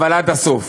אבל עד הסוף,